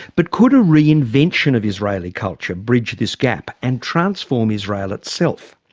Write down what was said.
but could a reinvention of israeli culture bridge this gap and transform israel itself?